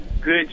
good